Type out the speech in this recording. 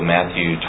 Matthew